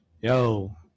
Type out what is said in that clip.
Yo